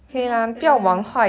like not fair